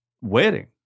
wedding